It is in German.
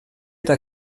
der